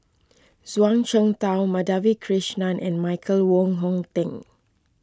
Zhuang Shengtao Madhavi Krishnan and Michael Wong Hong Teng